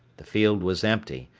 the field was empty,